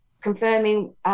confirming